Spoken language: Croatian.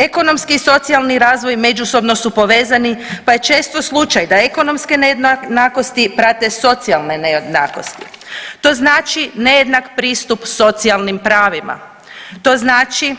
Ekonomski i socijalni razvoj međusobno su povezani pa je često slučaj da ekonomske nejednakosti prate socijalne nejednakosti, to znači nejednak pristup socijalnim pravima, to znači